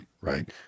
right